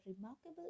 remarkable